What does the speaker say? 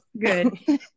good